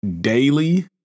daily